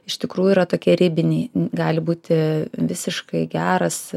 iš tikrųjų yra tokie ribiniai gali būti visiškai geras